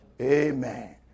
Amen